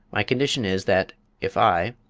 my condition is, that if i,